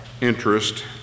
interest